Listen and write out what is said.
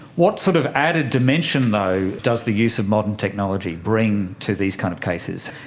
what sort of added dimension though does the use of modern technology bring to these kind of cases?